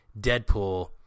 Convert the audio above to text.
Deadpool